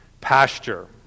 pasture